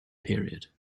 period